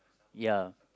ya